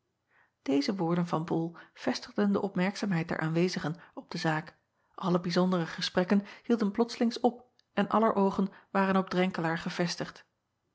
eze woorden van ol vestigden de opmerkzaamheid der aanwezigen op de zaak alle bijzondere gesprekken hielden plotslings op en aller oogen waren op renkelaer gevestigd